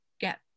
get